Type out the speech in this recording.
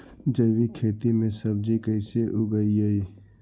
जैविक खेती में सब्जी कैसे उगइअई?